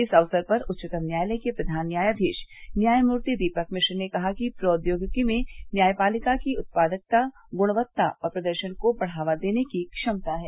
इस अवसर पर उच्चतम न्यायालय के प्रधान न्यायाधीश न्यायमूर्ति दीपक मिश्र ने कहा कि प्रौद्योगिकी में न्यायपालिका की उत्पादकता गुणवत्ता और प्रदर्शन को बढ़ावा देने की क्षमता है